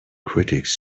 critics